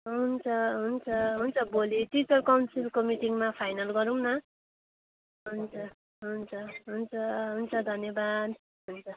हुन्छ हुन्छ हुन्छ भोलि टिचर काउन्सिलको मिटिङमा फाइनल गरौँ न हुन्छ हुन्छ हुन्छ हुन्छ धन्यवाद हुन्छ